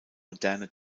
moderne